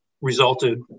resulted